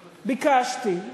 ביקשתי.